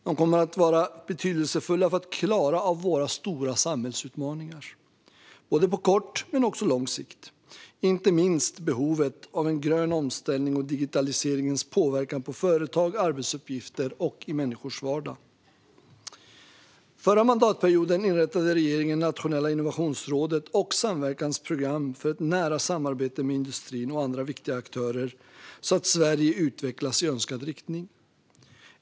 De kommer att vara betydelsefulla för att klara våra stora samhällsutmaningar, både på kort och på lång sikt, inte minst behovet av en grön omställning och digitaliseringens påverkan på företag, på arbetsuppgifter och i människors vardag. Förra mandatperioden inrättade regeringen Nationella innovationsrådet och samverkansprogram för ett nära samarbete med industrin och andra viktiga aktörer, så att Sverige utvecklas i önskad riktning.